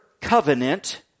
covenant